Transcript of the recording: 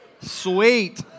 Sweet